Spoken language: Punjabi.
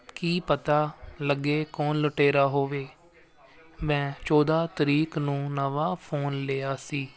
ਕਿ ਪਤਾ ਲੱਗੇ ਕੌਣ ਲੁਟੇਰਾ ਹੋਵੇ ਮੈਂ ਚੌਦ੍ਹਾਂ ਤਰੀਕ ਨੂੰ ਨਵਾਂ ਫੋਨ ਲਿਆ ਸੀ